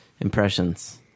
impressions